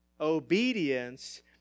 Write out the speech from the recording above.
Obedience